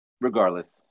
regardless